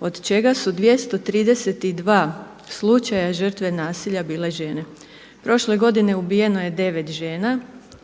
od čega su 232 slučaja žrtve nasilja bile žene. Prošle godine ubijeno je 9 žena